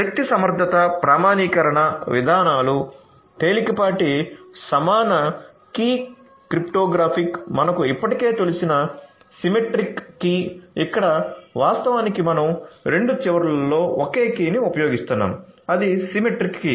శక్తి సమర్థత ప్రామాణీకరణ విధానాలు తేలికపాటి సమాన కీ క్రిప్టోగ్రాఫిక్ మనకు ఇప్పటికే తెలిసిన సిమెట్రిక్ కీ ఇక్కడ వాస్తవానికి మనం రెండు చివర్లలో ఒకే కీని ఉపయోగిస్తున్నాము అది సిమెట్రిక్ కీ